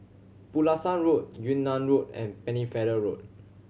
Pulasan Road Yunnan Road and Pennefather Road